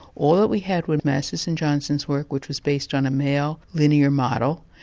all that we had was masters and johnson's work which was based on a male, linear model,